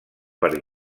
per